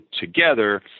together